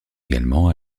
également